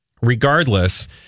regardless